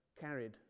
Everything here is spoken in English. carried